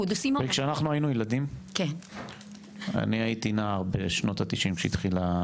אני הייתי נער בשנות ה-90' כשהתחילה